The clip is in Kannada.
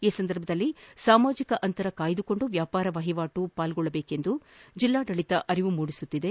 ಈ ಸಂದರ್ಭದಲ್ಲಿ ಸಾಮಾಜಿಕ ಅಂತರ ಕಾಯ್ದು ಕೊಂಡು ವ್ಯಾಪಾರ ವಹಿವಾಟುಗಳಲ್ಲಿ ಪಾಲ್ಗೊಳ್ಳುವಂತೆ ಜಿಲ್ಲಾಡಳಿತ ಅರಿವು ಮೂಡಿಸುತ್ತಿದೆ